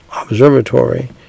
Observatory